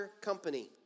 company